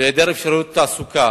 והעדר אפשרויות תעסוקה,